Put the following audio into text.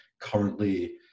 currently